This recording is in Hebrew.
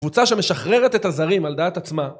קבוצה שמשחררת את הזרים על דעת עצמה